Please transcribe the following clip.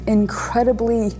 incredibly